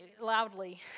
loudly